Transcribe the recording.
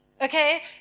okay